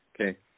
Okay